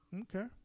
Okay